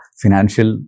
financial